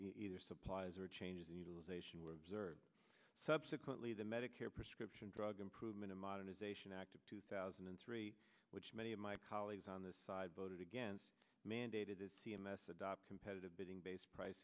either supplies or changes in utilization were observed subsequently the medicare prescription drug improvement in modernization act of two thousand and three which many of my colleagues on the side voted against mandated that c m s adopt competitive bidding based pric